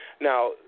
Now